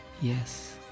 yes